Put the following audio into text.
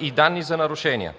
и данни за нарушения.